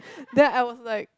then I was like